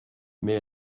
mais